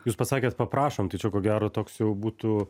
jūs pasakėt paprašom tai čia ko gero jau toks jau būtų